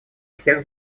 всех